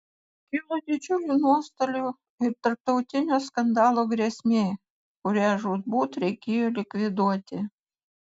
kilo didžiulių nuostolių ir tarptautinio skandalo grėsmė kurią žūtbūt reikėjo likviduoti